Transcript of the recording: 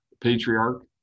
patriarch